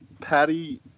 Patty